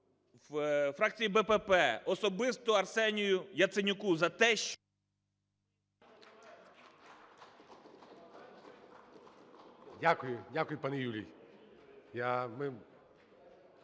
Дякую. Дякую, пане Юрій.